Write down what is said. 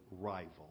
rival